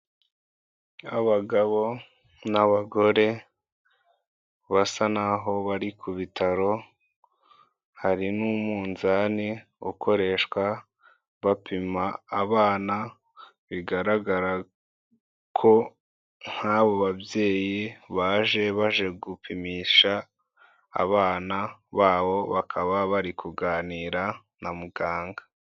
Abagabo n'abagore basa naho bari ku bitaro, hari n'umunzani ukoreshwa bapima abana, bigaragara ko nk'abo babyeyi baje baje gupimisha abana babo bakaba bari kuganira na muganga.